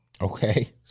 Okay